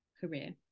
career